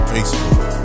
Facebook